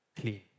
clean